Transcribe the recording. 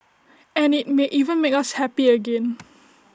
and IT may even make us happy again